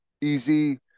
easy